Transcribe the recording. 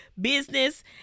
business